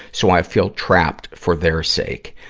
so i feel trapped for their sake.